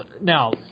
Now